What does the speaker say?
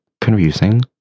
confusing